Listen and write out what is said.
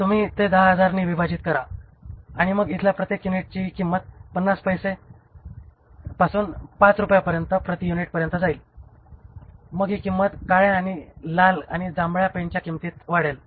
तर तुम्ही ते 10000 ने विभाजित करा आणि मग इथल्या प्रत्येक युनिटची किंमत 50 पैसे ते 5 रुपये प्रति युनिट पर्यंत येईल आणि मग ती किंमत काळ्या आणि लाल आणि जांभळ्या पेनच्या किंमतीत वाढेल